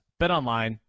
BetOnline